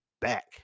back